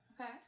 Okay